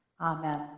Amen